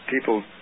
people